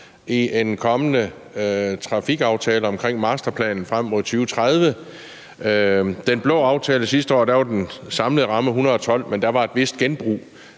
i en kommende trafikaftale omkring masterplanen frem mod 2030. I den blå aftale fra sidste år var den samlede ramme på 112 mia. kr., men der var et vist genbrug